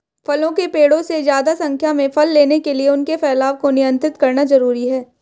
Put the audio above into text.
फलों के पेड़ों से ज्यादा संख्या में फल लेने के लिए उनके फैलाव को नयन्त्रित करना जरुरी है